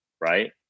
right